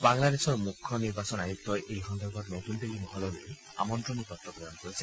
বাংলাদেশৰ মুখ্য নিৰ্বাচন আয়ুক্তই এই সন্দৰ্ভত নতুন দিল্লী মহললৈ আমন্তণী পত্ৰ প্ৰেৰণ কৰিছে